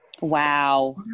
Wow